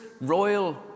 royal